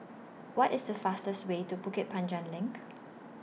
What IS The fastest Way to Bukit Panjang LINK